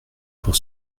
pour